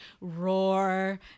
roar